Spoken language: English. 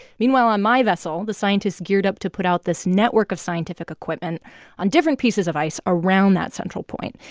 meanwhile, on my vessel, the scientists geared up to put out this network of scientific equipment on different pieces of ice around that central point.